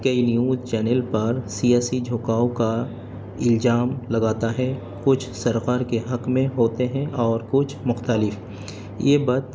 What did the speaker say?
کئی news channel پر سیاسی جھکاؤ کا الزام لگاتا ہے کچھ سرکار کے حق میں ہوتے ہیں اور کچھ مختلف یہ بات